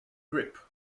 grip